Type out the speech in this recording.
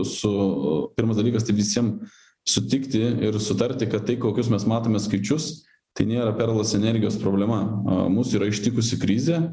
su pirmas dalykas tai visiem sutikti ir sutarti kad tai kokius mes matome skaičius tai nėra perlas energijos problema mus yra ištikusi krizė